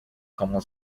como